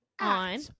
on